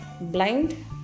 blind